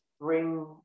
bring